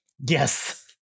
Yes